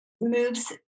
moves